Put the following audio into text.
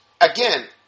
again